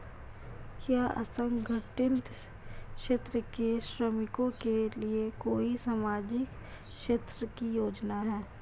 क्या असंगठित क्षेत्र के श्रमिकों के लिए कोई सामाजिक क्षेत्र की योजना है?